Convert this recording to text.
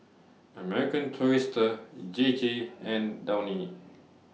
American Tourister J J and Downy